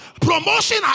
promotion